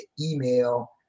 email